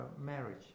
marriage